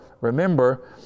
remember